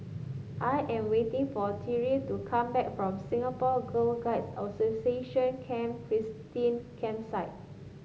I am waiting for Tyreke to come back from Singapore Girl Guides Association Camp Christine Campsite